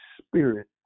spirit